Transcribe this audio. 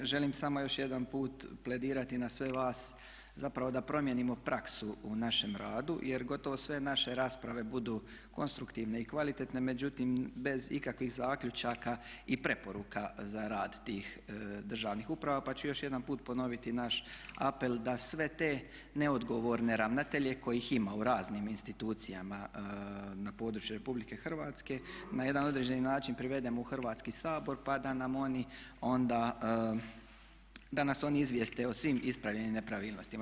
Želim samo još jedan put pledirati na sve vas zapravo da promijenimo praksu u našem radu jer gotovo sve naše rasprave budu konstruktivne i kvalitetne međutim bez ikakvih zaključaka i preporuka za rad tih državnih uprava pa ću još jedan put ponoviti naš apel da sve te neodgovorne ravnatelje kojih ima u raznim institucijama na području RH na jedan određeni način privedemo u Hrvatski sabor pa da nas oni izvijeste o svim ispravljenim nepravilnostima.